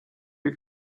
you